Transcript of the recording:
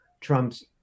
Trump's